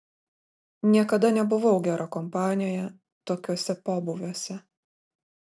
niekada nebuvau gera kompanija tokiuose pobūviuose